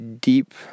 deep